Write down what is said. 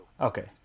Okay